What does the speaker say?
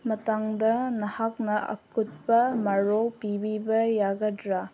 ꯃꯇꯥꯡꯗ ꯅꯍꯥꯛꯅ ꯑꯀꯨꯞꯄ ꯃꯔꯣꯜ ꯄꯤꯕꯤꯕ ꯌꯥꯒꯗ꯭ꯔꯥ